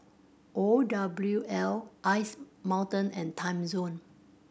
O W L Ice Mountain and Timezone